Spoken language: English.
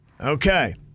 Okay